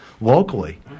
Locally